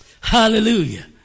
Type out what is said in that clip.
Hallelujah